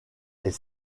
est